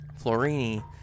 florini